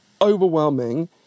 overwhelming